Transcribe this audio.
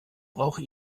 brauche